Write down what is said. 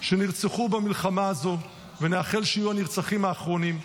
שנרצחו במלחמה הזו, ונאחל שיהיו הנרצחים האחרונים.